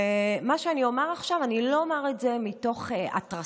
ומה שאני אומר עכשיו אני לא אומר את זה מתוך התרסה,